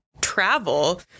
travel